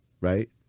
Right